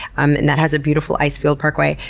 um and that has a beautiful icefields parkway,